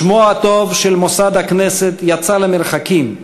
שמו הטוב של מוסד הכנסת יצא למרחקים,